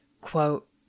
quote